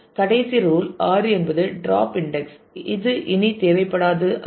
கடைசி ரூல் 6 என்பது drop index இது இனி தேவைப்படாதது ஆகும்